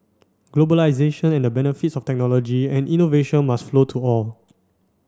globalisation and the benefits of technology and innovation must flow to all